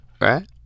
Right